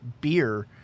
beer